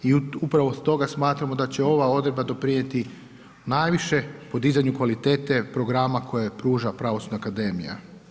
I upravo stoga smatramo da će ova odredba doprinijeti najviše podizanju kvalitete programa koje pruža Pravosudna akademija.